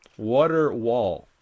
Waterwall